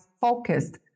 focused